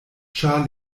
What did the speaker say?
ĉar